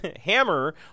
hammer